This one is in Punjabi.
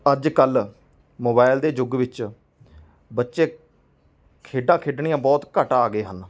ਅੱਜ ਕੱਲ੍ਹ ਮੋਬਾਈਲ ਦੇ ਯੁੱਗ ਵਿੱਚ ਬੱਚੇ ਖੇਡਾਂ ਖੇਡਣੀਆਂ ਬਹੁਤ ਘਟਾ ਗਏ ਹਨ